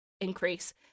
increase